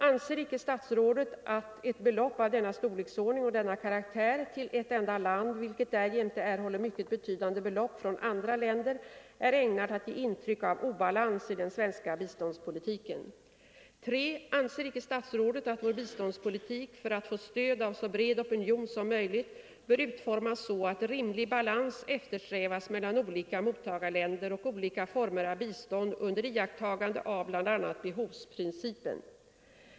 Anser icke statsrådet att ett belopp av denna storleksordning och denna karaktär till ett enda land, vilket därjämte erhåller mycket betydande belopp från andra länder, är ägnat att ge intryck av obalans i den svenska biståndspolitiken? 3. Anser icke statsrådet att vår biståndspolitik, för att få stöd av så bred opinion som möjligt, bör utformas så att rimlig balans eftersträvas mellan olika mottagarländer och olika former av bistånd under iakttagande av bl.a. behovsprincipen?